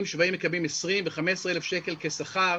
שבהם מקבלים 20,000 ו-15,000 שקל כשכר,